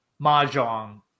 mahjong